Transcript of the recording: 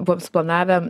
buvom suplanavę